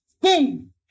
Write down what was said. boom